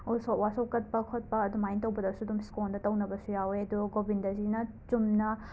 ꯎꯁꯣꯞ ꯋꯥꯁꯣꯞ ꯀꯠꯄ ꯈꯣꯠꯄ ꯑꯗꯨꯃꯥꯏꯅ ꯇꯧꯕꯗꯁꯨ ꯑꯗꯨꯝ ꯁ꯭ꯀꯣꯟꯗ ꯇꯧꯅꯕꯁꯨ ꯌꯥꯎꯋꯦ ꯑꯗꯨꯒ ꯒꯣꯕꯤꯟꯗꯖꯤꯅ ꯆꯨꯝꯅ